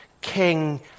King